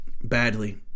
Badly